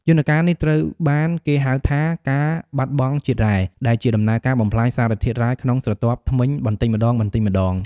យន្តការនេះត្រូវបានគេហៅថា ការបាត់បង់ជាតិរ៉ែ ដែលជាដំណើរការបំផ្លាញសារធាតុរ៉ែក្នុងស្រទាប់ធ្មេញបន្តិចម្តងៗ។